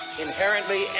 inherently